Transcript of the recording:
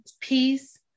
peace